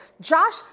Josh